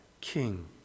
king